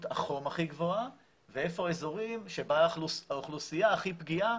החום הכי גבוהה ואיפה האזורים שבה האוכלוסייה הכי פגיעה